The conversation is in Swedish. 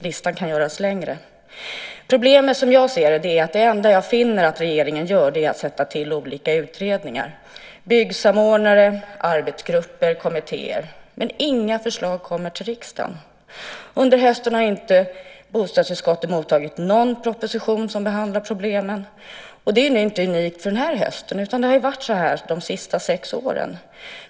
Listan kan göras längre. Problemet som jag ser det är att det enda regeringen gör är att sätta till olika utredningar - byggsamordnare, arbetsgrupper, kommittéer - men inga förslag kommer till riksdagen. Under hösten har inte bostadsutskottet mottagit någon proposition som behandlar problemen. Det är nu inte unikt för den här hösten, utan det har varit så här de sista sex åren.